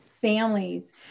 families